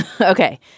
Okay